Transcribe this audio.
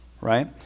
right